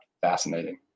fascinating